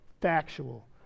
factual